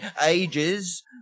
ages